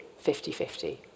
50-50